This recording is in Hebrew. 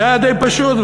זה היה די פשוט.